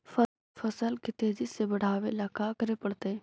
फसल के तेजी से बढ़ावेला का करे पड़तई?